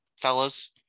fellas